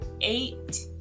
eight